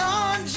on